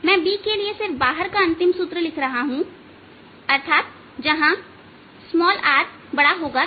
मैं B के लिए सिर्फ बाहर का अंतिम सूत्र लिख रहा हूं अर्थात बाहर जहां rR